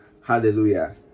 Hallelujah